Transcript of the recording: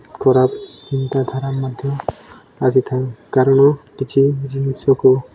ଖରାପ ଚନ୍ତାଧାରା ମଧ୍ୟ ଆସିଥାଏ କାରଣ କିଛି ଜିନିଷକୁ